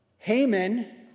Haman